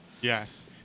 Yes